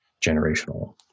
generational